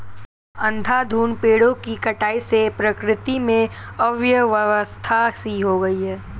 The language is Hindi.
अंधाधुंध पेड़ों की कटाई से प्रकृति में अव्यवस्था सी हो गई है